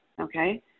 okay